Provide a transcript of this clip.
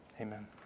Amen